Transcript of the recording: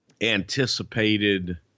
anticipated